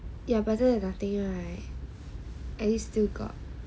you are better than nothing right at least still got